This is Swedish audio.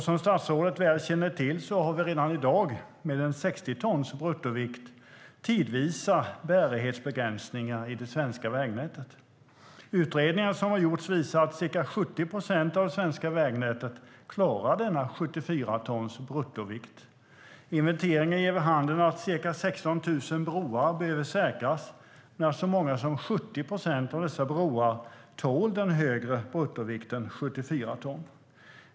Som statsrådet väl känner till har vi redan i dag med 60 tons bruttovikt tidvisa bärighetsbegränsningar i det svenska vägnätet. Utredningar som gjorts visar att ca 70 procent av det svenska vägnätet klarar 74 tons bruttovikt. Inventeringar ger vid handen att ca 16 000 broar behöver säkras. Så många som 70 procent av broarna tål den högre bruttovikten 74 ton.